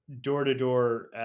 door-to-door